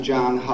John